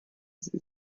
sie